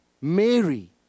Mary